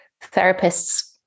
therapist's